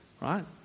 right